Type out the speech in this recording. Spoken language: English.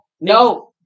no